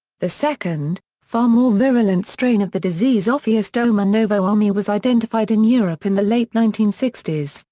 the second, far more virulent strain of the disease ophiostoma novo-ulmi was identified in europe in the late nineteen sixty s,